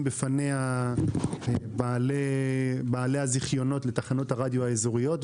בפניה בעלי הזיכיונות לתחנות הרדיו האזוריות,